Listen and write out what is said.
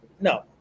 no